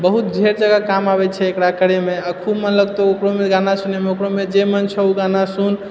आ बहुत ढ़ेर जगह काम आबैत छै एकरा करैमे आ खूब मन लगतौ ओकरोमे गाना सुनैमे ओकरोमे जे मन छौ ओ गाना सुन